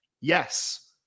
yes